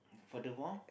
furthermore